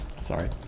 Sorry